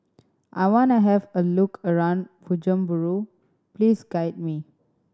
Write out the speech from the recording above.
I want to have a look around Bujumbura Please guide me